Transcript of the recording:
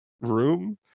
room